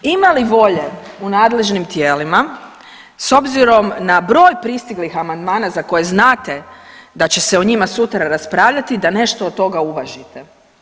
Ima li volje u nadležnim tijelima s obzirom na broj pristiglih amandmana za koje znate da će se o njima sutra raspravljati, da nešto od toga uvažite.